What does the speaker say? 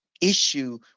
issue